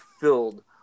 filled